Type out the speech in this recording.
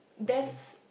there's